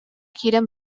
киирэн